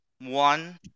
one